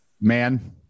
man